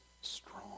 strong